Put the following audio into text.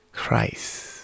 Christ